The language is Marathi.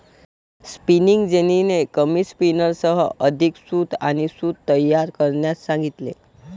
स्पिनिंग जेनीने कमी स्पिनर्ससह अधिक सूत आणि सूत तयार करण्यास सांगितले